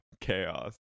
chaos